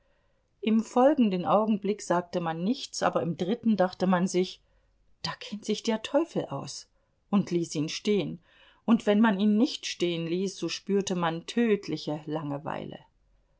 im folgenden augenblick sagte man nichts aber im dritten dachte man sich da kennt sich der teufel aus und ließ ihn stehen und wenn man ihn nicht stehenließ so spürte man tödliche langeweile